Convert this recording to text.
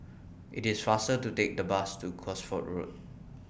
IT IS faster to Take The Bus to Cosford Road